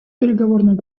переговорному